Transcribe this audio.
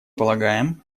полагаем